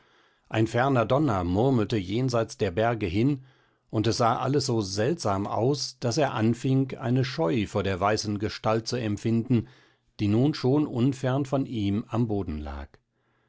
ein ferner donner murmelte jenseit der berge hin es sah alles so seltsam aus daß er anfing eine scheu vor der weißen gestalt zu empfinden die nun schon unfern von ihm am boden lag